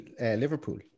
Liverpool